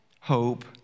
hope